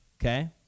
okay